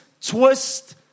twist